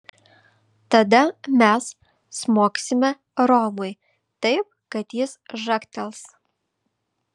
tada mes smogsime romui taip kad jis žagtels